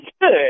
good